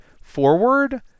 forward